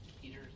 Peter